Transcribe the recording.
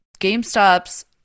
GameStop's